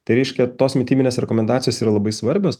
tai reiškia tos mitybinės rekomendacijos yra labai svarbios